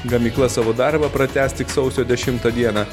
gamykla savo darbą pratęs tik sausio dešimtą dieną